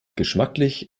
geschmacklich